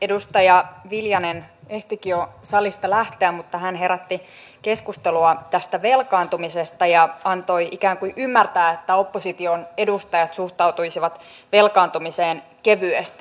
edustaja viljanen ehtikin jo salista lähteä mutta hän herätti keskustelua tästä velkaantumisesta ja antoi ikään kuin ymmärtää että opposition edustajat suhtautuisivat velkaantumiseen kevyesti